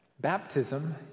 baptism